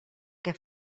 que